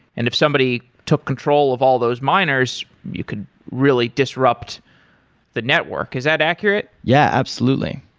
and if somebody took control of all those miners, you could really disrupt the network. is that accurate? yeah, absolutely.